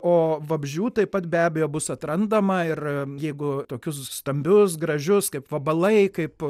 o vabzdžių taip pat be abejo bus atrandama ir jeigu tokius stambius gražius kaip vabalai kaip